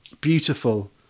beautiful